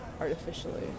artificially